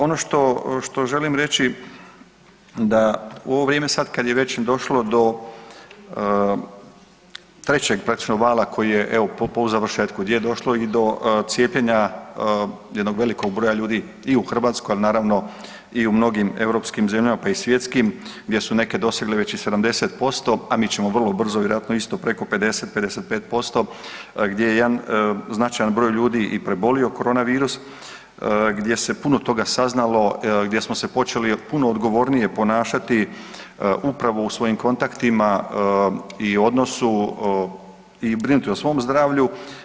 Ono što, što želim reći da u ovo vrijeme sad kad je već došlo do trećeg praktično vala koji je evo po završetku gdje je došlo i do cijepljenja jednog velikog broja ljudi i u Hrvatskoj, a naravno i u mnogim europskim zemljama pa i u svjetskim gdje su neke dosegle već i 70%, a mi ćemo vrlo brzo vjerojatno isto preko 50, 55% gdje je jedan značajan broj ljudi i prebolio korona virus, gdje se puno toga saznalo, gdje smo se počeli puno odgovornije ponašati upravo u svojim kontaktima i odnosu i brinuti o svom zdravlju.